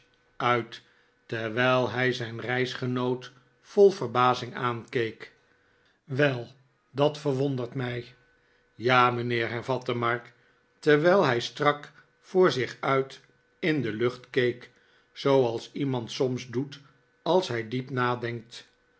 uit terwijl hij zijn reisgenoot vol verbazing aankeek wel dat verwondert mij ja mijnheer hervatte mark terwijl hij strak voor zich uit in de lucht keek zooals iemand soms doet als hij diep nadenkt